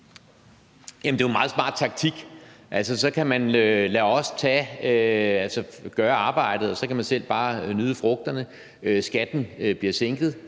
Det er jo en meget smart taktik. Så kan man lade os gøre arbejdet, og man kan selv bare nyde frugten. Skatten bliver sænket